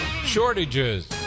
Shortages